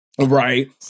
Right